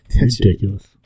Ridiculous